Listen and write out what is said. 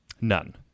None